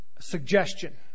suggestion